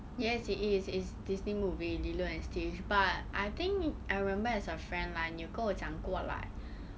yes it is is Disney movie lilo and stitch but I think I remember as a friend lah 你有跟我讲过 like